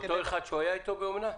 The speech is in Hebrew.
לאותו אחד שהיה איתו באומנה?